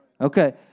Okay